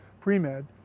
pre-med